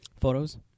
Photos